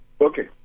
Okay